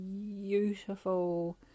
beautiful